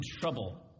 trouble